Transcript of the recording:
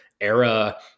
era